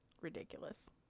Ridiculous